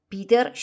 Peter